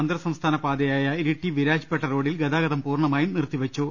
അന്തർസംസ്ഥാന പാതയായ ഇരിട്ടി വിരാജ്പേട്ട റോഡിൽ ഗതാഗതം പൂർണമായും നിർത്തിവെച്ചു